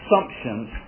assumptions